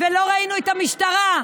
ולא ראינו את המשטרה,